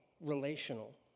relational